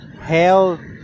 Hell